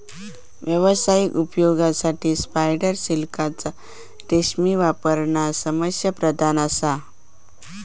व्यावसायिक उपयोगासाठी स्पायडर सिल्कचा रेशीम वापरणा समस्याप्रधान असा